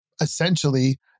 Essentially